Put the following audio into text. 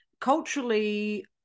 Culturally